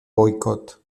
boicot